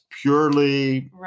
purely